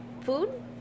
Food